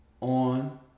on